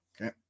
Okay